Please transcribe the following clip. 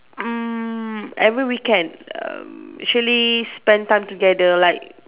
mm every weekend um actually spent time together like